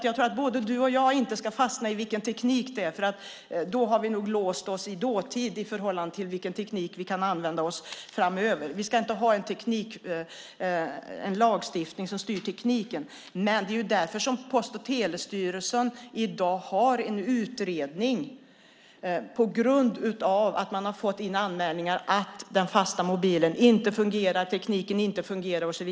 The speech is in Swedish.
Jag tror att du och jag inte ska fastna i vilken teknik det är. Då har vi nog låst oss i dåtid i förhållande till vilken teknik vi kan använda oss av framöver. Vi ska inte ha en lagstiftning som styr tekniken. Post och telestyrelsen gör i dag en utredning på grund av att man har fått in anmälningar att den fasta mobilen inte fungerar, att tekniken inte fungerar.